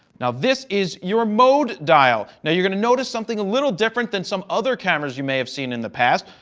now this is your mode dial. now you're going to notice something a little different than some other cameras you may have seen in the past,